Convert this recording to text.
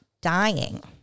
dying